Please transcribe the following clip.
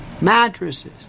mattresses